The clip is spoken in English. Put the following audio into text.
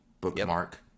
bookmark